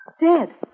Dead